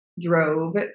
drove